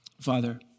Father